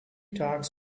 dogs